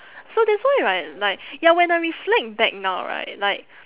so that's why right like ya when I reflect back now right like